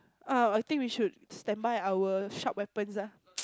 uh I think we should stand by our sharp weapons ah